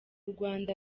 rwanda